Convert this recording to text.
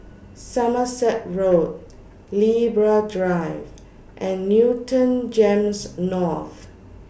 Somerset Road Libra Drive and Newton Gems North